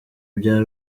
bya